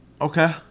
Okay